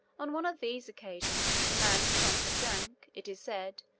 on one of these occasions, the man who conquered drank, it is said,